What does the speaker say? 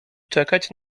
czekać